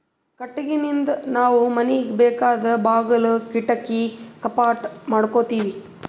ಕಟ್ಟಿಗಿನಿಂದ್ ನಾವ್ ಮನಿಗ್ ಬೇಕಾದ್ ಬಾಗುಲ್ ಕಿಡಕಿ ಕಪಾಟ್ ಮಾಡಕೋತೀವಿ